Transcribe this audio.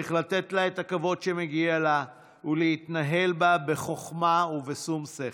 צריך לתת לה את הכבוד שמגיע לה ולהתנהל בה בחוכמה ובשום שכל.